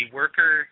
worker